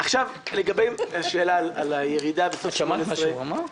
עכשיו לגבי השאלה על הירידה בסוף 2018 -- שמעת את מה שהוא אמר?